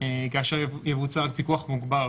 כאשר יבוצע עליו פיקוח מוגבר,